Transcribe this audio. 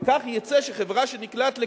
וכך יצא שחברה שנקלעת לקשיים,